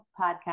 Podcast